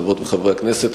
חברות וחברי הכנסת,